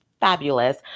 fabulous